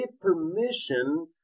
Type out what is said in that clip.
permission